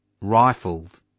rifled